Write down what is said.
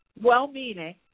well-meaning